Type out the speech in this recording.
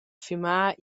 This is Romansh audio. fimar